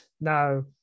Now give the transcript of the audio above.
No